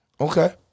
Okay